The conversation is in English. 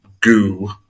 goo